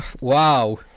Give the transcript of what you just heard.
Wow